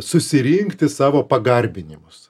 susirinkti savo pagarbinimus